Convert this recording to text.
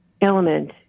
element